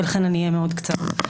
ולכן אני אהיה מאוד קצרה.